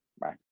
bye